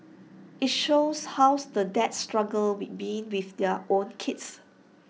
IT shows how's the dads struggle with being with their own kids